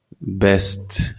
best